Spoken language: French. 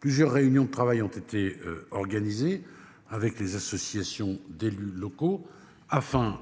Plusieurs réunions de travail ont été organisées avec les associations d'élus locaux afin